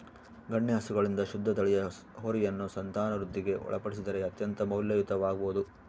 ಗಣ್ಯ ಹಸುಗಳಿಂದ ಶುದ್ಧ ತಳಿಯ ಹೋರಿಯನ್ನು ಸಂತಾನವೃದ್ಧಿಗೆ ಒಳಪಡಿಸಿದರೆ ಅತ್ಯಂತ ಮೌಲ್ಯಯುತವಾಗಬೊದು